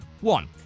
One